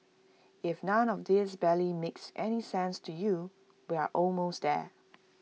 if none of this barely makes any sense to you we're almost there